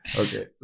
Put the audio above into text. Okay